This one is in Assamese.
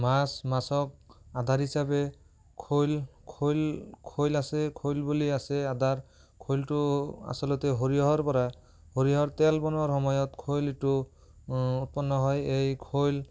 মাছ মাছক আধাৰ হিচাপে খৈল খৈল খৈল আছে খৈল বুলি আছে আধাৰ খৈলটো আচলতে সৰিয়হৰ পৰা সৰিয়হৰ তেল বনোৱাৰ সময়ত খৈলটো উৎপন্ন হয় এই খৈল